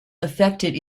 effected